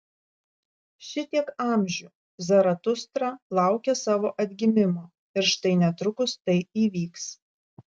šitiek amžių zaratustra laukė savo atgimimo ir štai netrukus tai įvyks